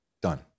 done